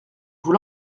vous